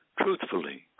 truthfully